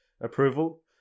approval